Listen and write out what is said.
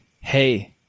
hey